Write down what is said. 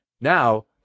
Now